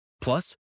Plus